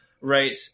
right